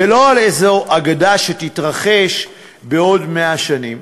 ולא על איזו אגדה שתתרחש בעוד 100 שנים.